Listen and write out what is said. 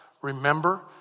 Remember